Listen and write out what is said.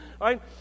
right